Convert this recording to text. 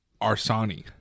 Arsani